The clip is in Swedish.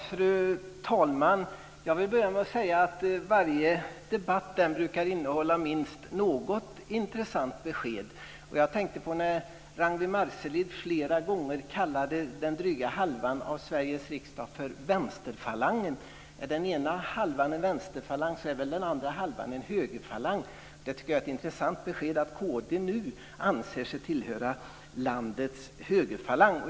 Fru talman! Varje debatt brukar innehålla åtminstone något intressant besked. Ragnwi Marcelind kallade flera gånger den dryga halvan av Sveriges riksdag för vänsterfalangen. Är den ena halvan en vänsterfalang är väl den andra en högerfalang. Jag tycker att det är ett intressant besked att kd nu anser sig tillhöra landets högerfalang.